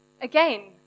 Again